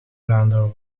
vlaanderen